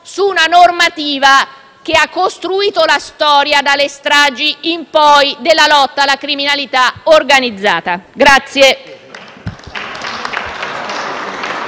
su una normativa che ha costruito la storia, dalle stragi in poi, della lotta alla criminalità organizzata.